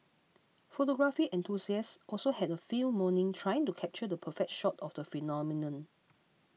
photography enthusiasts also had a field morning trying to capture the perfect shot of the phenomenon